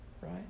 Right